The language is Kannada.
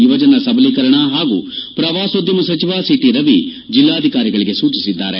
ಯುವಜನ ಸಬಲೀಕರಣ ಹಾಗೂ ಪ್ರವಾಸೋದ್ಯಮ ಸಚಿವ ಸಿಟಿರವಿ ಜಿಲ್ಲಾಧಿಕಾರಿಗಳಿಗೆ ಸೂಚಿಸಿದ್ದಾರೆ